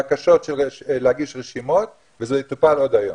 בקשות להגיש רשימות וזה יטופל עוד היום.